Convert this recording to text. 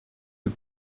the